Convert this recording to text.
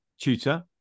Tutor